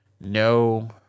no